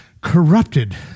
corrupted